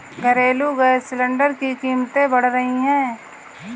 घरेलू gas cylinder की कीमतें बढ़ रही है